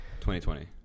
2020